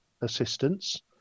assistance